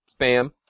Spam